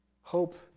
Hope